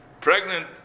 pregnant